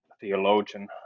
theologian